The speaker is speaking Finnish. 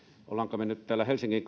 olemmeko me nyt täällä helsingin